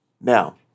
Now